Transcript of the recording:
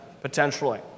Potentially